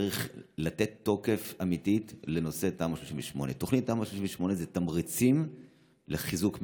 צריך לתת תוקף אמיתי לנושא תמ"א 38. תמ"א 38 זה תמריצים לחיזוק מבנים,